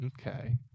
Okay